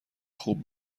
خوب